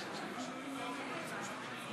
אתה לא חייב.